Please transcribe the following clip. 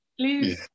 please